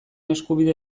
eskubide